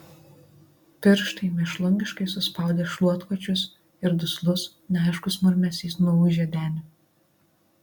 pirštai mėšlungiškai suspaudė šluotkočius ir duslus neaiškus murmesys nuūžė deniu